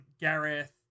Gareth